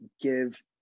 give